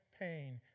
pain